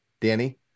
Danny